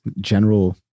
general